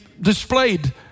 displayed